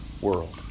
world